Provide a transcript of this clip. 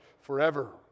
forever